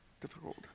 difficult